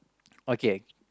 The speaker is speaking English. okay okay